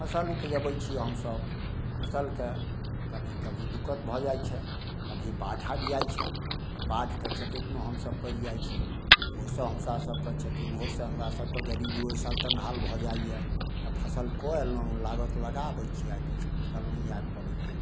फसिल उपजाबै छी हमसभ फसिलके कभी कभी दिक्कत भऽ जाइ छै कभी बाढ़ आबि जाइ छै तऽ बाढ़िके चपेटमे हमसभ पड़ि जाइ छी ओहोसँ हमरासभकेँ क्षति ओहोसँ हमरासभकेँ गरीबिओसँ ओहि साल तङ्गहाल भऽ जाइए तऽ फसल कऽ अएलहुँ लागति लगा आबै छी आओर किछु फसिल नहि आएब पाबैए